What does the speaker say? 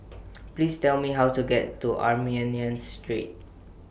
Please Tell Me How to get to Armenian Street